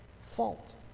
fault